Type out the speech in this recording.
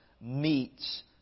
meets